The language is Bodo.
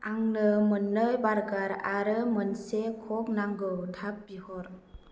आंनो मोन्नै बार्गार आरो मोनसे कक नांगौ थाब बिहर